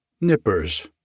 Nippers